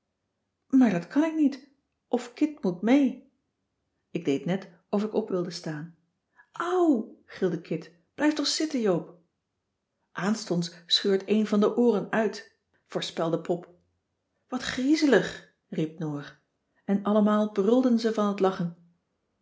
maar dat kan ik niet of kit moet mee ik deed net of ik op wilde staan au gilde kit blijf toch zitten joop aanstonds scheurt een van de ooren uit voorspelde pop wat griezelig riep noor en allemaal brulden ze van t lachen